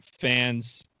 fans